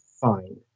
fine